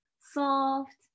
soft